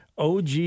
OG